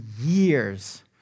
years